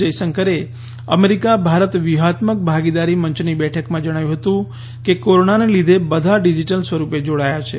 જયશંકરે અમેરિકા ભારત વ્યૂહાત્મક ભાગીદારી મંચની બેઠકમાં જણાવ્યું હતું કે કોરોનાના લીધે બધા ડિજીટલ સ્વરૂપે જોડાયા છે